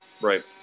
Right